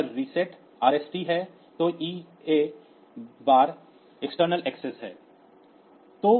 यह RST reset है तो EA बार एक्सटर्नल एक्सेस है